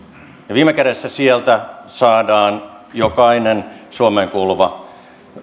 viime kädessä sieltä saadaan kaikki suomeen kuuluva